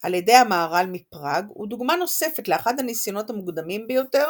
על ידי המהר"ל מפראג הוא דוגמה נוספת לאחד הניסיונות המוקדמים ביותר